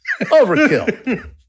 Overkill